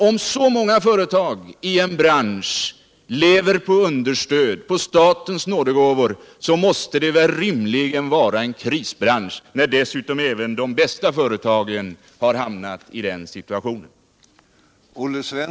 Om så många företag i en bransch lever på understöd, på statens nådegåvor, som fallet är i denna bransch, måste det rimligen vara en krisbransch — när dessutom även de bästa företagen har hamnat i den situationen!